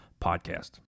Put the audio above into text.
Podcast